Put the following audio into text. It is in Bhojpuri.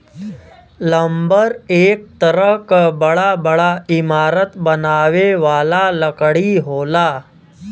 लम्बर एक तरह क बड़ा बड़ा इमारत बनावे वाला लकड़ी होला